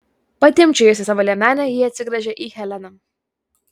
patimpčiojusi savo liemenę ji atsigręžia į heleną